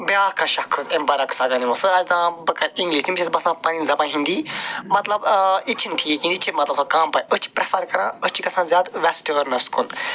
بیٛاکھ اَکھ شخص امہِ برعکِس اگر نِمو سَہ آسہِ دپان بہٕ کر اِنٛگلِش تٔمِس آسہِ باسان پنٕنۍ زبان ہندی مطلب یہِ تہِ چھِنہٕ ٹھیٖک کیٚنٛہہ یہِ تہِ چھِ مطلب وۄنۍ کَم پاے أسۍ چھِ پرٛٮ۪فر کَران أسۍ چھِ گَژھان زیادٕ وٮ۪سٹٲرنس کُن